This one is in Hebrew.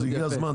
אז הגיע זמן,